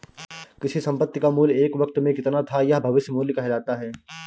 किसी संपत्ति का मूल्य एक वक़्त में कितना था यह भविष्य मूल्य कहलाता है